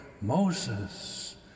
Moses